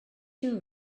you